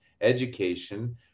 education